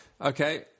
okay